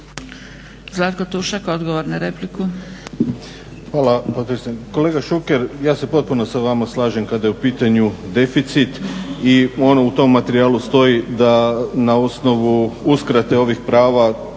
Zlatko Tušak odgovor na repliku.